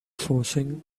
forcing